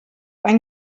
ein